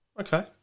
okay